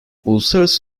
uluslararası